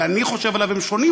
וההסדר שאני חושב עליו הם שונים.